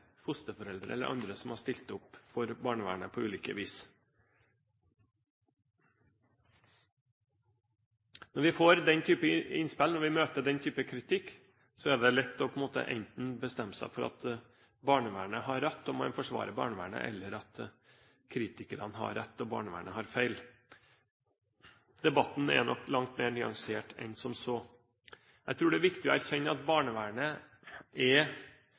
fosterforeldre eller andre som har stilt opp for barnevernet på ulike vis. Når vi får den type innspill, og når vi møter den type kritikk, så er det vel lett enten å bestemme seg for at barnevernet har rett, og man forsvarer barnevernet, eller at kritikerne har rett og barnevernet har feil. Debatten er nok langt mer nyansert enn som så. Jeg tror det er viktig å erkjenne at barnevernet er